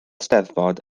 steddfod